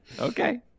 Okay